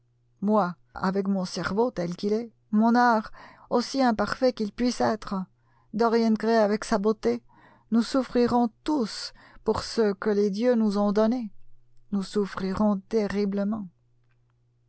moi avec mon cerveau tel qu'il est mon art aussi imparfait qu'il puisse être dorian gray avec sa beauté nous souffrirons tous pour ce que les dieux nous ont donné nous souffrirons terriblement